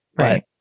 Right